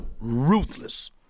ruthless